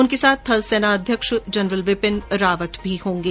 उनके साथ थल सेना अध्यक्ष जनरल बिपिन रावत भी रहेंगे